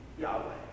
Yahweh